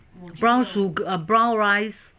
brown su~ err brown rice